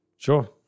Sure